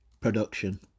production